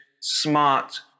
smart